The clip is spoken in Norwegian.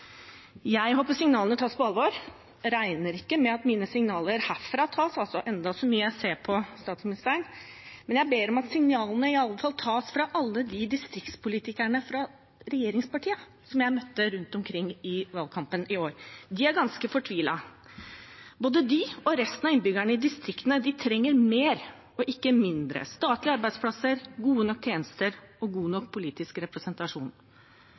Jeg håper signalene tas på alvor. Jeg regner ikke med at mine signaler herfra tas, enda så mye jeg ser på statsministeren, men jeg ber om at man i alle fall tar signalene fra alle de distriktspolitikere fra regjeringspartiene som jeg møtte rundt om i valgkampen i år. De er ganske fortvilet. Både de og resten av innbyggerne i distriktene trenger flere og ikke færre statlige arbeidsplasser, gode nok tjenester og god nok politisk representasjon.